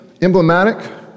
emblematic